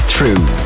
True